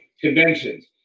Conventions